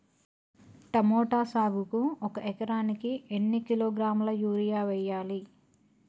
Tomato సాగుకు ఒక ఎకరానికి ఎన్ని కిలోగ్రాముల యూరియా వెయ్యాలి?